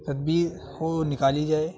تدبیر ہو نکالی جائے